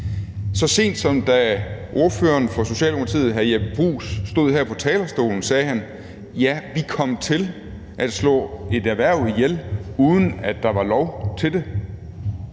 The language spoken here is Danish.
Så sent som da ordføreren for Socialdemokratiet, hr. Jeppe Bruus, stod her på talerstolen, sagde han: Ja, vi kom til at slå et erhverv ihjel, uden at der var lov til det.